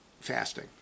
fasting